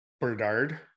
Bernard